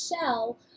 shell